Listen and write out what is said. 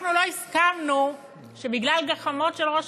אנחנו לא הסכמנו שבגלל גחמות של ראש